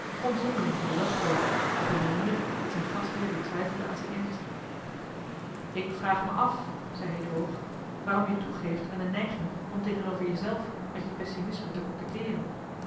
kon zonderling voor den dag komen op een manier dat zijn gastheer weer twijfelde aan zijn ernst ik vraag me af zei hij droog waarom je toegeeft aan de neiging om tegenover jezelf met je pessimisme te